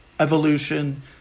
evolution